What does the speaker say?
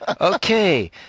Okay